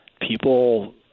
People